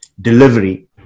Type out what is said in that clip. delivery